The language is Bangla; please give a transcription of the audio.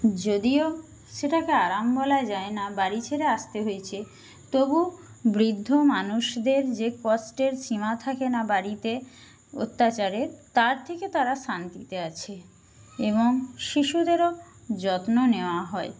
যদিও সেটাকে আরাম বলা যায় না বাড়ি ছেড়ে আসতে হয়েছে তবুও বৃদ্ধ মানুষদের যে কষ্টের সীমা থাকে না বাড়িতে অত্যাচারে তার থেকে তারা শান্তিতে আছে এবং শিশুদেরও যত্ন নেওয়া হয়